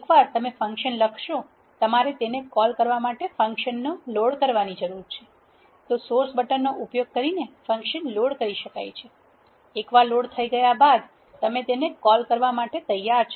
એકવાર તમે ફંક્શન લખશો તમારે તેને કોલ કરવા માટે ફંક્શનને લોડ કરવાની જરૂર છે તો સોર્સ બટનનો ઉપયોગ કરીને ફંક્શન લોડ કરી શકાય છે એકવાર લોડ થઇ ગયા બાદ તમે તેને કોલ કરવા માટે તૈયાર છો